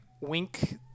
wink